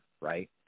Right